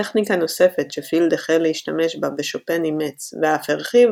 טכניקה נוספת שפילד החל להשתמש בה ושופן אימץ ואף הרחיב